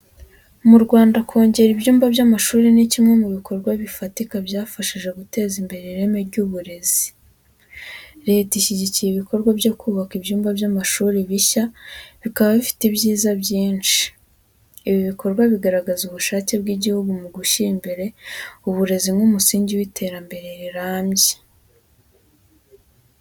Mu Rwanda, kongera ibyumba by’amashuri ni kimwe mu bikorwa bifatika byafashije guteza imbere ireme ry’uburezi. Leta ishyigikiye ibikorwa byo kubaka ibyumba by’amashuri bishya, bikaba bifite ibyiza byinshi. Ibi bikorwa bigaragaza ubushake bw’igihugu mu gushyira imbere uburezi nk’umusingi w’iterambere rirambye.